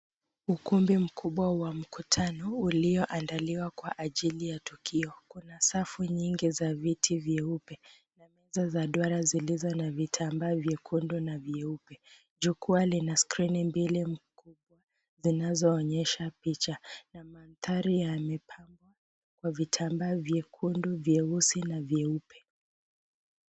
Ukumbi mkubwa wa mkutano ulioandaliwa kwa ajili ya tukio. Kuna safu nyingi za viti vyeupe na meza za duara zilizo na vitambaa vyekundu na vyeupe. Jukwaa lina skrini mbili mkubwa zinazoonyesha picha na mandhari yamepangwa kwa vitambaa vyekundu, vyeusi na vyeupe.